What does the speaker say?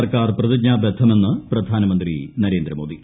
സർക്കാർ പ്രതിജ്ഞാബദ്ധമെന്ന് പ്രധാനമന്ത്രി നരേന്ദ്രമോദി